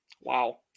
wow